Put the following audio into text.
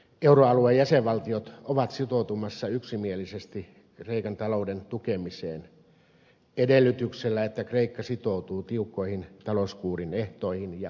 euroalueen jäsenvaltiot ovat sitoutumassa yksimielisesti kreikan talouden tukemiseen edellytyksellä että kreikka sitoutuu tiukkoihin talouskuurin ehtoihin ja ohjelmiin